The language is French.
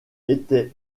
était